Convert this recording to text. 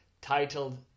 titled